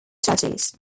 judges